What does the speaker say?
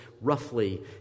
roughly